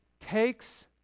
takes